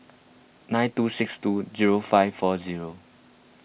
nine two six two zero five four zero